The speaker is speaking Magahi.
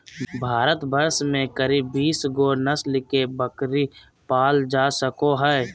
भारतवर्ष में करीब बीस गो नस्ल के बकरी पाल जा हइ